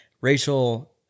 Rachel